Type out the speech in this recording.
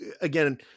again